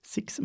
Six